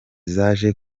zaje